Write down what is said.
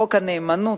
חוק הנאמנות,